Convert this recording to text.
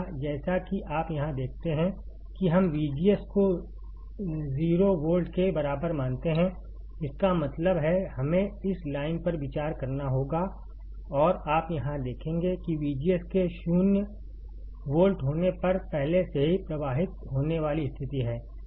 जैसा कि आप यहाँ देखते हैं कि हम VGS को 0 वोल्ट के बराबर मानते हैं इसका मतलब है हमें इस लाइन पर विचार करना होगा और आप यहां देखेंगे कि VGS के 0 वोल्ट होने पर पहले से ही प्रवाहित होने वाली स्थिति है